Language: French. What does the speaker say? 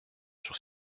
sur